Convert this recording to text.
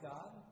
God